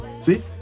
See